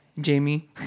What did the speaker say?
Jamie